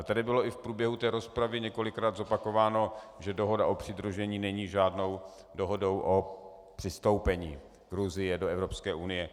Tady bylo i v průběhu rozpravy několikrát zopakováno, že dohoda o přidružení není žádnou dohodou o přistoupení Gruzie do Evropské unie.